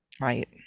right